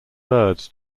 birds